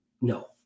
No